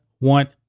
want